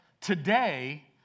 Today